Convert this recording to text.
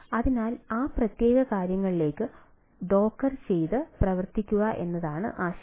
അതിനാൽ ആ പ്രത്യേക കാര്യങ്ങളിലേക്ക് ഡോക്ക് ചെയ്ത് പ്രവർത്തിക്കുക എന്നതാണ് ആശയം